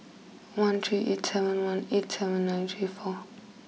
one three eight seven one eight seven nine three four